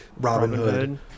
Robinhood